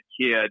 kid